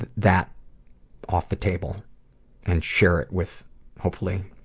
that that off the table and share it with hopefully,